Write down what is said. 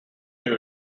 new